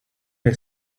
had